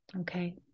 Okay